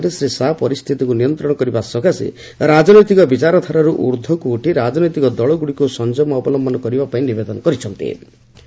ଆଲୋଚନା ସମୟରେ ଶ୍ରୀ ଶାହା ପରିସ୍ଥିତିକୁ ନିୟନ୍ତ୍ରଣ କରବା ସକାଶେ ରାଜନୈତିକ ବିଚାରଧାରାଠାରୁ ଊର୍ଦ୍ଧ୍ୱକୁ ଉଠି ରାଜନୈତିକ ଦଳଗୁଡ଼ିକୁ ସଞ୍ଜମ ଅବଲମ୍ଭନ କରିବା ପାଇଁ ନିବେଦନ କରିଚ୍ଛନ୍ତି